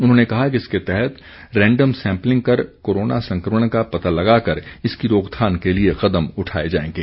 उन्होंने कहा कि इसके तहत रैंडम सैंपलिंग कर कोरोना संक्रमण का पता लगाकर इसकी रोकथाम के लिए कदम उठाए जाएंगे